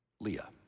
Leah